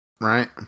right